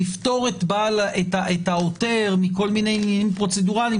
לפטור את העותר מכל מיני עניינים פרוצדורליים